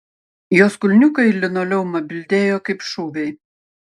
jos kulniukai į linoleumą bildėjo kaip šūviai